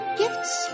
gifts